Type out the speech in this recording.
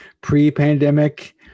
pre-pandemic